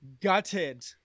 gutted